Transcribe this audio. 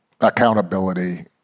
accountability